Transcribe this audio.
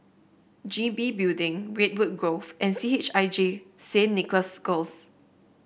G B Building Redwood Grove and C H I J Saint Nicholas Girls